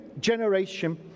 generation